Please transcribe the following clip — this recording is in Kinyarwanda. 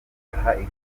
aha